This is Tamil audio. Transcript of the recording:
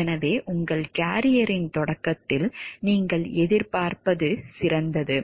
எனவே உங்கள் கேரியரின் தொடக்கத்தில் நீங்கள் எதிர்பார்ப்பது சிறந்தது